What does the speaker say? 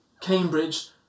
Cambridge